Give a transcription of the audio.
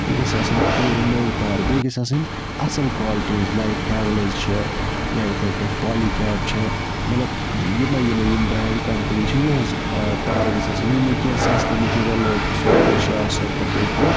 یہِ گژھِ آسٕنۍ پوٗرٕ نٔو تار بیٚیہِ گژھِ آسٕنۍ اَصٕل کالٹی ہنز لَایِک ہٮ۪ؤلز چھِ یا یِتھٕے پٲٹھۍ پولِکیب چھِ مَگر یِمَے یِمَے یِم برینڈ کَمپٔنیٖز چھِ یِہٕز تارٕ گٔژھۍ آسٕنۍ ییٚنہٕ کیٚنہہ سَستہٕ میٹیٖریَل لوٚگ تہٕ صُبحَس گَژھِ شاٹ سٔرکیٹ یا کیٚنہہ